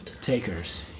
...takers